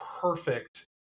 perfect